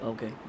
Okay